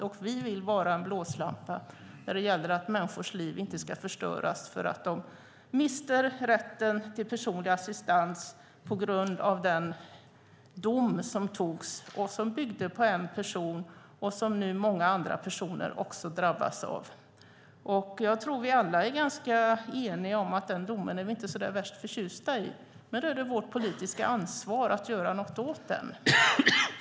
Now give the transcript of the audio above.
Och vi vill vara en blåslampa när det gäller att människors liv inte ska förstöras för att de mister rätten till personlig assistans på grund av den dom som finns, som byggde på en person och som nu många andra personer också drabbas av. Jag tror att vi alla är ganska eniga om att vi inte är så värst förtjusta i den domen, men då är det vårt politiska ansvar att göra något åt det.